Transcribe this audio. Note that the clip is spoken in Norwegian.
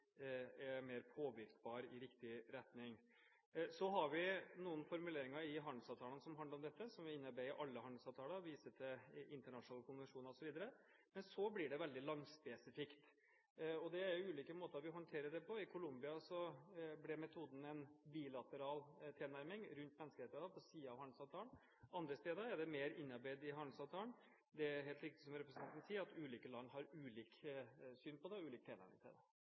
er mer påvirkbare i riktig retning. Vi har noen formuleringer i handelsavtalene som handler om dette, som er innarbeidet i alle handelsavtaler, hvor jeg viser til internasjonale konvensjoner osv. Men så blir det veldig landspesifikt. Det er ulike måter vi håndterer det på. I Colombia ble metoden en bilateral tilnærming rundt menneskerettigheter på siden av handelsavtalen. Andre steder er det mer innarbeidet i handelsavtalen. Det er helt riktig, som representanten sier, at ulike land har ulike syn på det og ulik tilnærming til det.